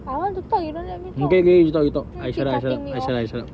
I want to talk you don't let me talk then you keep cutting me off